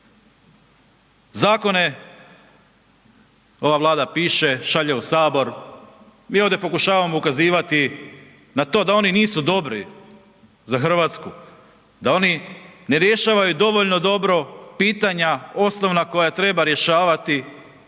Zakone ova Vlada piše, šalje u Sabor, mi ovdje pokušavamo ukazivati na to da oni nisu dobri za Hrvatsku, da oni ne rješavaju dovoljno dobro pitanja osnovna koja treba rješavati.